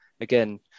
again